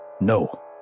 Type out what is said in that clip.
no